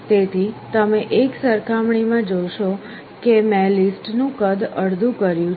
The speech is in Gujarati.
તેથી તમે એક સરખામણી માં જોશો કે મેં લિસ્ટનું કદ અડધું કર્યું છે